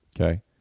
Okay